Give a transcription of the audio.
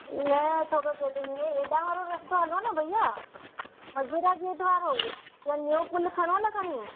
न छो तो हेॾांहुं वारो रस्तो हलो न भैया मजूरा गेट वारो हिते न्यूं पुल खणो न खणी